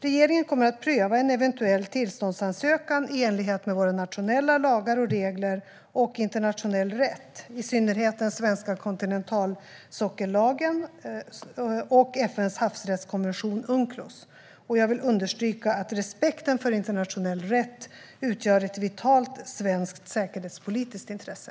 Regeringen kommer att pröva en eventuell tillståndsansökan i enlighet med våra nationella lagar och regler och internationell rätt, i synnerhet den svenska kontinentalsockellagen och FN:s havsrättskonvention Unclos. Jag vill understryka att respekten för internationell rätt utgör ett vitalt svenskt säkerhetspolitiskt intresse.